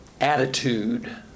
attitude